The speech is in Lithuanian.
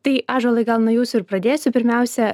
tai ąžuolai gal nuo jūsų ir pradėsiu pirmiausia